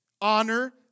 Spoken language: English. Honor